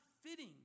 fitting